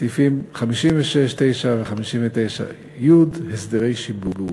(גמלת סיעוד בכסף); סעיפים 56(9) ו-59(י) (הסדרי שיבוב).